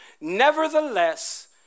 Nevertheless